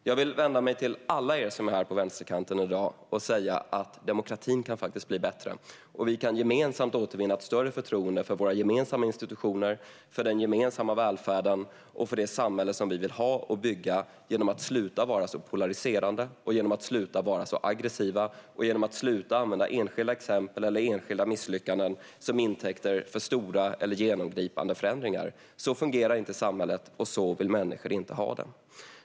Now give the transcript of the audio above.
Jag vill vända mig till alla er på vänsterkanten som är här i dag och säga: Demokratin kan faktiskt bli bättre, och vi kan gemensamt återvinna ett större förtroende för våra gemensamma institutioner, för den gemensamma välfärden och för det samhälle som vi vill ha och bygga genom att sluta vara så polariserande och så aggressiva och genom att sluta använda enskilda exempel eller enskilda misslyckanden som argument för stora eller genomgripande förändringar. Så fungerar inte samhället, och så vill människor inte ha det.